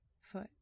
foot